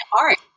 art